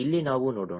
ಇಲ್ಲಿ ನಾವು ನೋಡೋಣ